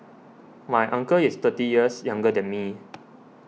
my uncle is thirty years younger than me